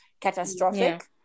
catastrophic